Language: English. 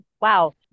wow